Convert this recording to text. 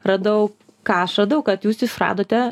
radau ką aš radau kad jūs išradote